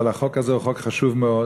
אבל החוק הזה הוא חוק חשוב מאוד,